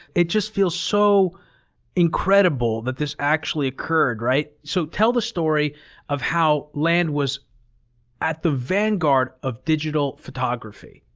it just feels so incredible that this actually occurred. right? so, tell the story of how land was at the vanguard of digital photography.